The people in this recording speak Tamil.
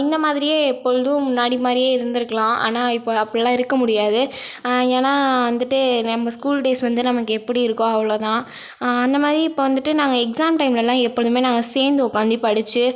இந்த மாதிரியே எப்பொழுதும் முன்னாடி மாதிரியே இருந்திருக்கலாம் ஆனால் இப்போ அப்புடில்லாம் இருக்க முடியாது ஏன்னால் வந்துட்டு நம்ம ஸ்கூல் டேஸ் வந்து நமக்கு எப்படி இருக்கோ அவ்வளோ தான் அந்த மாதிரி இப்போ வந்துட்டு நாங்கள் எக்ஸாம் டைம்லலாம் எப்பொழுதுமே நாங்கள் சேர்ந்து உட்காந்தி படித்து